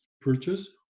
purchase